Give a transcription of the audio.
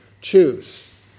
choose